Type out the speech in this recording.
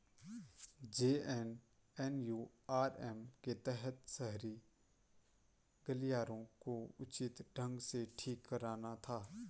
JNNURM के तहत शहरी गलियारों को उचित ढंग से ठीक कराना था